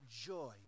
joy